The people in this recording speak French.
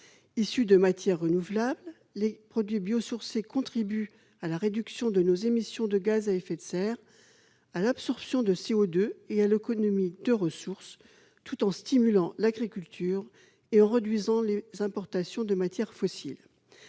Issus de matières renouvelables, les produits biosourcés contribuent à la réduction de nos émissions de gaz à effet de serre, à l'absorption du CO2 et à l'économie de ressources, tout en stimulant l'agriculture et en réduisant les importations de matières fossiles.